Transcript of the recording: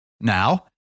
Now